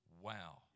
wow